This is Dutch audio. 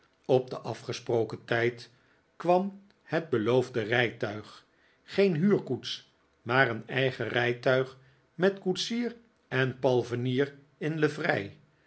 op den afgesproken tijd kwam het beloofde rijtuig geen huurkoets maar een eigen rijtuig met een koetsier en palfrenier in livrei